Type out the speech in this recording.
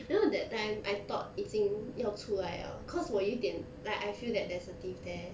you know time I thought 已经要出来了 cause 我有一点 like I feel that there's a teeth there